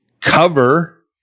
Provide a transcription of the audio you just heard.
cover